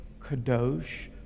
Kadosh